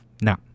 Now